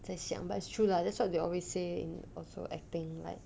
在想 but it's true lah that's what they always say in also acting like